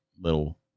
little